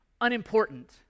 unimportant